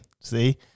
See